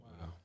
Wow